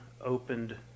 opened